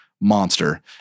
monster